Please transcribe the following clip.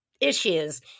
issues